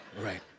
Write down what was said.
Right